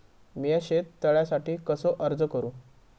मीया शेत तळ्यासाठी कसो अर्ज करू?